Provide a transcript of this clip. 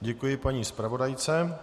Děkují paní zpravodajce.